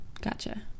Gotcha